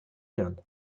hirn